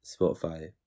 Spotify